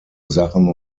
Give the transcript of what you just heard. sachen